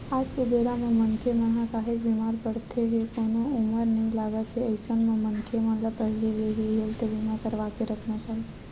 आज के बेरा म मनखे मन ह काहेच बीमार पड़त हे कोनो उमर नइ लगत हे अइसन म मनखे मन ल पहिली ले ही हेल्थ बीमा करवाके रखना चाही